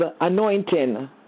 anointing